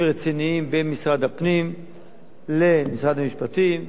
ורציניים בין משרד הפנים למשרד המשפטים,